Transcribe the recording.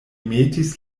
metis